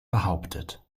behauptet